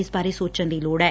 ਇਸ ਬਾਰੇ ਸੋਚਣ ਦੀ ਲੋੜ ਐ